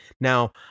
Now